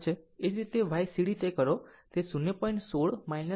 તેવી જ રીતે Ycd તે કરો તે 0